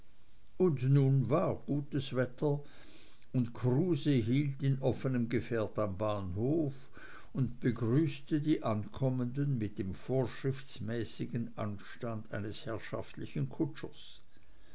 und nun war gutes wetter und kruse hielt in offenem gefährt am bahnhof und begrüßte die ankommenden mit dem vorschriftsmäßigen anstand eines herrschaftlichen kutschers